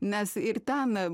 nes ir ten